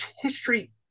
history